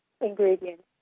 ingredients